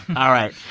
all right.